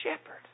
Shepherd